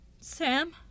Sam